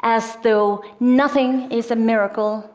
as though nothing is a miracle,